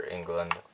England